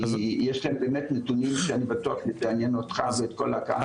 כי יש להם באמת נתונים שאני בטוח שיעניין אותך ואת כל הקהל כאן.